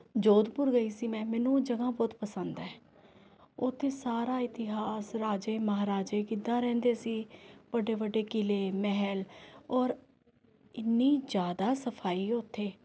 ਜੋਧਪੁਰ ਗਈ ਸੀ ਮੈਂ ਮੈਨੂੰ ਉਹ ਜਗ੍ਹਾ ਬਹੁਤ ਪਸੰਦ ਹੈ ਉੱਥੇ ਸਾਰਾ ਇਤਿਹਾਸ ਰਾਜੇ ਮਹਾਰਾਜੇ ਕਿੱਦਾਂ ਰਹਿੰਦੇ ਸੀ ਵੱਡੇ ਵੱਡੇ ਕਿਲੇ ਮਹਿਲ ਔਰ ਇੰਨੀ ਜ਼ਿਆਦਾ ਸਫਾਈ ਉੱਥੇ